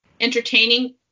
entertaining